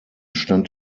stand